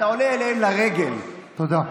תודה.